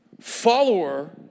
Follower